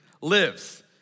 lives